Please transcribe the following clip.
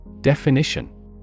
Definition